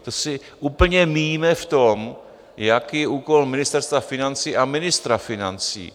To se úplně míjíme v tom, jaký je úkol Ministerstva financí a ministra financí.